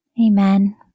Amen